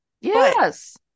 Yes